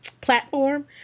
platform